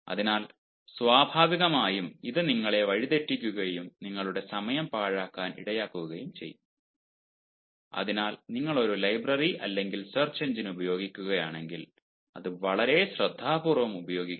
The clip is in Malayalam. അതിനാൽ സ്വാഭാവികമായും ഇത് നിങ്ങളെ വഴിതെറ്റിക്കുകയും നിങ്ങളുടെ സമയം പാഴാക്കാൻ ഇടയാക്കുകയും ചെയ്യും അതിനാൽ നിങ്ങൾ ഒരു ലൈബ്രറി അല്ലെങ്കിൽ സെർച്ച് എഞ്ചിൻ ഉപയോഗിക്കുകയാണെങ്കിൽ അവ വളരെ ശ്രദ്ധാപൂർവ്വം ഉപയോഗിക്കുക